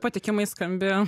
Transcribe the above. patikimai skambi